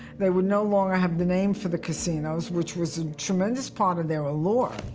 they would no longer have the name for the casinos, which was a tremendous part of their allure.